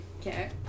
Okay